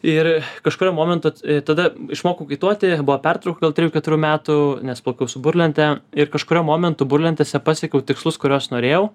ir kažkuriuo momentu tada išmokau kaituoti buvo pertrauka gal trijų keturių metų nes plaukiau su burlente ir kažkuriuo momentu burlentėse pasiekiau tikslus kuriuos norėjau